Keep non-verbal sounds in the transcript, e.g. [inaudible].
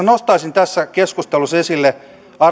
[unintelligible] nostaisin tässä keskustelussa esille